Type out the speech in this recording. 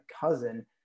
cousin